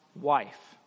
wife